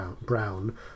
brown